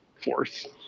force